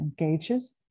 Engages